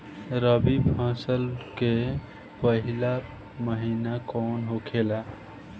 रबी फसल के पहिला महिना कौन होखे ला?